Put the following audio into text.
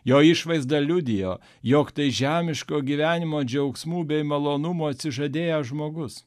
jo išvaizda liudijo jog tai žemiško gyvenimo džiaugsmų bei malonumų atsižadėjęs žmogus